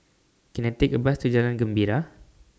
Can I Take A Bus to Jalan Gembira